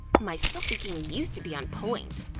my selfie game used to be on point.